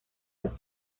los